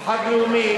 זה חג לאומי,